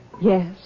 Yes